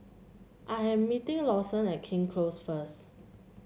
I am meeting Lawson at King Close first